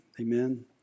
Amen